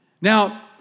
Now